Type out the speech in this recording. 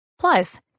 Plus